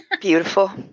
Beautiful